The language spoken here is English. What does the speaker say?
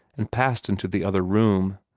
and passed into the other room.